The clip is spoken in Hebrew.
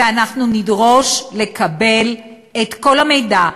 ואנחנו נדרוש לקבל את כל המידע,